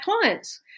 clients